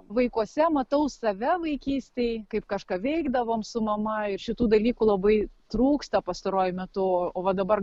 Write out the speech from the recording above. vaikuose matau save vaikystėj kaip kažką veikdavom su mama ir šitų dalykų labai trūksta pastaruoju metu o va dabar